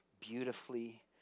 beautifully